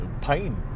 pain